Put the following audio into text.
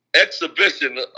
exhibition